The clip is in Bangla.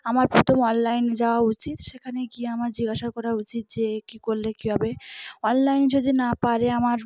আমার প্রথম অনলাইনে যাওয়া উচিত সেখানে গিয়ে আমার জিজ্ঞাসা করা উচিত যে কী করলে কী হবে অনলাইনে যদি না পারে আমার